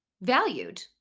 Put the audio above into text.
valued